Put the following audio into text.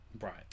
Right